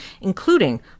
including